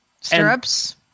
Stirrups